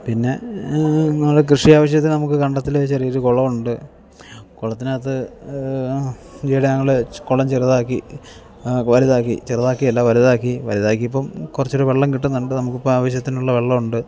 പിന്നെ നമ്മൾ കൃഷി ആവശ്യത്തിന് നമുക്ക് കണ്ടത്തിൽ ചെറിയ ഒരു കുളമുണ്ട് കുളത്തിന് അകത്ത് ഈയിടെ ഞങ്ങൾ കുളം ചെറുതാക്കി വലുതാക്കി ചെറുതാക്കി അല്ല വലുതാക്കി വലുതാക്കിയപ്പം കുറച്ചും കൂടെ വെള്ളം കിട്ടുന്നുണ്ട് നമ്മുക്ക് ഇപ്പം ആവശ്യത്തിനുള്ള വെള്ളമുണ്ട്